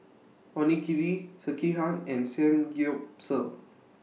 Onigiri Sekihan and Samgyeopsal